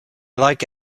like